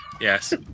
Yes